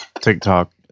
TikTok